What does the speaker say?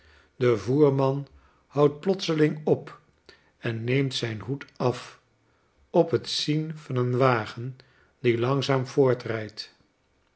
de voerman houdt plotseling op en neenit zijn hoed af op het zien van een wagen die langzaam